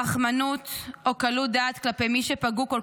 רחמנות או קלות דעת כלפי מי שפגעו כל